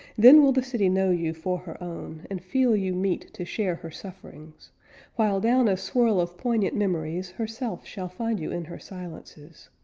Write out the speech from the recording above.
then will the city know you for her own, and feel you meet to share her sufferings while down a swirl of poignant memories, herself shall find you in her silences.